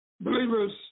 Believers